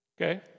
Okay